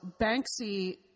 Banksy